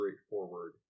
straightforward